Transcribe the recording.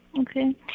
Okay